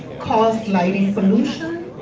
caused lighting pollution,